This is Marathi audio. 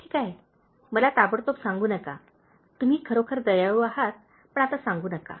ठीक आहे मला ताबडतोब सांगू नका तुम्ही खरोखर दयाळू आहात पण आता सांगू नका